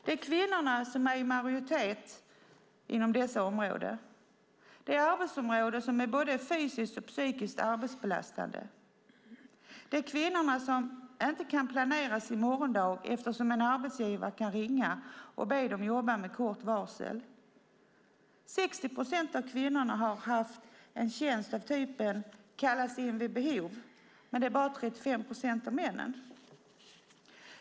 Det är kvinnorna som är i majoritet inom dessa områden. Det är arbetsområden som är både fysiskt och psykiskt belastande. Det är kvinnorna som inte kan planera sin morgondag eftersom en arbetsgivare med kort varsel kan ringa och be dem jobba. 60 procent av kvinnorna har haft en tjänst av en sådan typ att de kallas in vid behov. Men det är bara 35 procent av männen som har haft det.